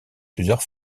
plusieurs